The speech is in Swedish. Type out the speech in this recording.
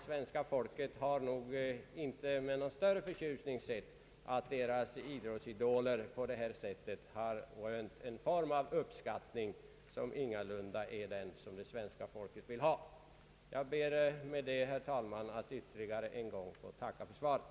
Svenska folket har nog inte med någon större förtjusning sett att deras idoler här rönt en form av uppskattning som ingalunda är den som svenska folket vill visa idrottsmännen. Jag ber med dessa ord, herr talman, att ytterligare en gång få tacka för svaret,